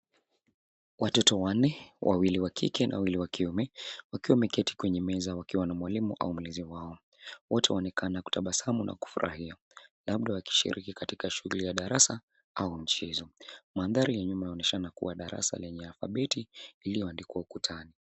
Watoto wanne, wawili wa kike na wawili wa kiume wakiwa wameketi kwenye meza wakiwa na mwalimu au mlezi wao. Wote wanaonekana kutabasamu na kufurahia, labda wakishiriki katika shughuli ya darasa au mchezo. Mandhari ya nyuma yaonyeshana kuwa ni darasa lenye alfabeti iliyoandikwa ukutani.